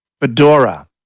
Fedora